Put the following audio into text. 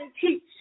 teach